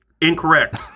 Incorrect